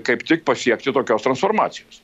kaip tik pasiekti tokios transformacijos